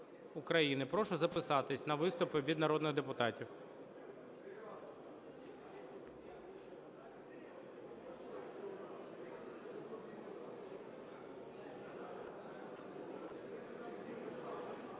Прошу записатись на виступи від народних депутатів.